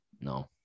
No